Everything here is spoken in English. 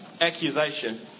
accusation